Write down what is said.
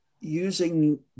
using